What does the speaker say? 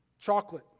chocolate